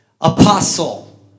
apostle